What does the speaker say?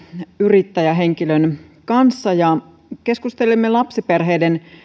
yrittäjähenkilön kanssa keskustelimme lapsiperheiden